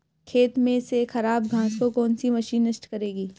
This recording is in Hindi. खेत में से खराब घास को कौन सी मशीन नष्ट करेगी?